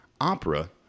opera